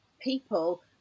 people